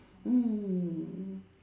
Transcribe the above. mm